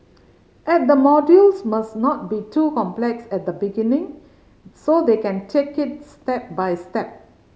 and the modules must not be too complex at the beginning so they can take it step by step